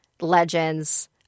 legends